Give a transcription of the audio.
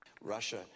Russia